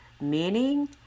Meaning